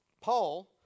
Paul